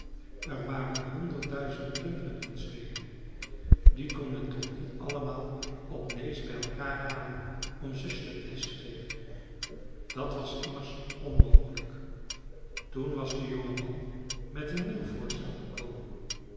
er waren honderdduizenden kinderen in zweden die kon men toch niet allemaal op nääs bij elkaar halen om ze slöjdles te geven dat was immers onmogelijk toen was de jonge man met een nieuw voorstel gekomen